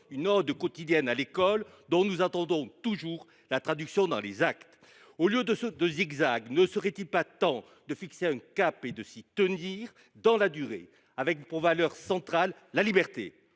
une ode quotidienne à l’école, dont nous attendons toujours la traduction en actes. Au lieu de zigzag, ne serait il pas temps de fixer un cap et de s’y tenir dans la durée, avec, pour valeurs cardinales, la liberté,